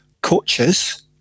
coaches